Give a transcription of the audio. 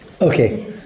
Okay